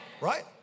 Right